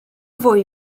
fwyd